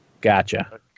Gotcha